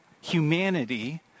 humanity